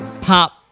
pop